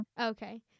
Okay